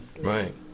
Right